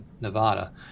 nevada